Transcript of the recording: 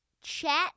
Chat